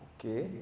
Okay